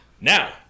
Now